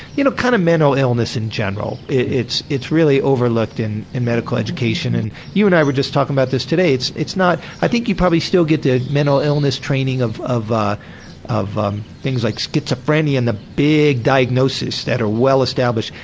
you know kind of mental illness in general, it's it's really overlooked in in medical education, and you and i were just talking about this today. it's it's not. i think you probably still get the mental illness training of of ah um things like schizophrenia and the big diagnoses that are well-established.